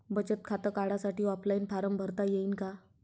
बचत खातं काढासाठी ऑफलाईन फारम भरता येईन का?